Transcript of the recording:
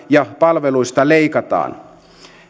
ja palveluista leikataan